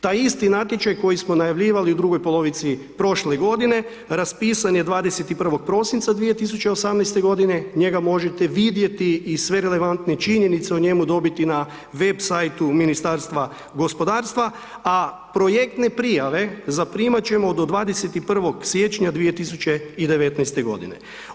Taj isti natječaj koji smo najavljivali u drugoj polovici prošle godine raspisan je 21. prosinca 2018. godine, njega možete vidjeti i sve relevantne činjenice o njemu dobiti na websajtu Ministarstva gospodarstva, a projektne prijave zaprimat ćemo do 21. siječnja 2019. godine.